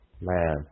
man